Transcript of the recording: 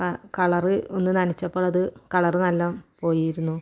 ആ കളറ് ഒന്ന് നനച്ചപ്പോളത് കളറ് നല്ലോം പോയിരുന്നു